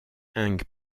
ung